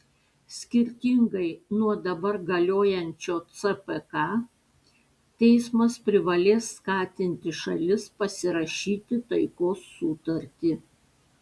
skirtingai nuo dabar galiojančio cpk teismas privalės skatinti šalis pasirašyti taikos sutartį